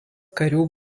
karių